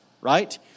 right